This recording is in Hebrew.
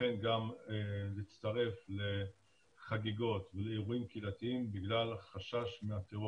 וכן גם להצטרף לחגיגות ולאירועים קהילתיים בגלל החשש מהטרור.